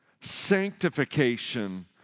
sanctification